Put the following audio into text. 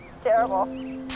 terrible